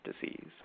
disease